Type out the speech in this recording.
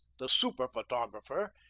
the super-photographer,